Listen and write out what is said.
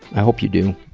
i hope you do,